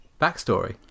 backstory